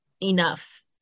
enough